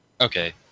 Okay